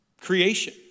Creation